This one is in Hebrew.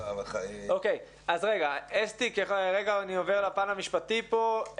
אז רגע, אסתי, אני עובר לפן המשפטי פה.